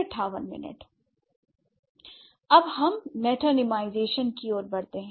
अब हम मेटानीमाईजेशन की ओर बढ़ते हैं